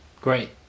great